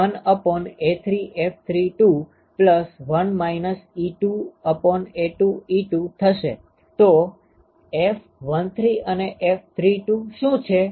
તો F13 અને F32 શુ છે